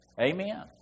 Amen